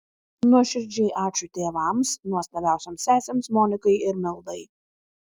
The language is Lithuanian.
nuoširdžiai ačiū tėvams nuostabiausioms sesėms monikai ir mildai